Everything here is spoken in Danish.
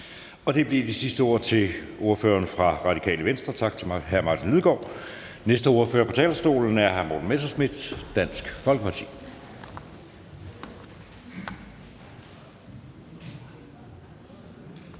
Det blev de sidste ord til ordføreren for Radikale Venstre. Tak til hr. Martin Lidegaard. Næste ordfører på talerstolen er hr. Morten Messerschmidt, Dansk Folkeparti.